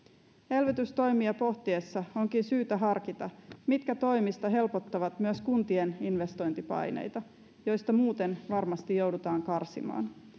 elvytystoimia pohtiessa onkin syytä harkita mitkä toimista helpottavat myös kuntien investointipaineita joista muuten varmasti joudutaan karsimaan